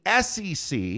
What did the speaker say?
SEC